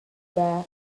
bar